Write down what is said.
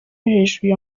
hejuru